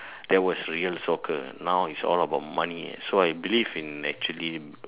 that was real soccer now it's all about money so I believe in actually